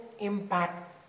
impact